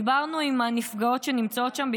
דיברנו עם הנפגעות שנמצאות שם,